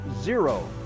zero